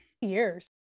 years